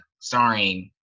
starring